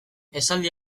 esaldi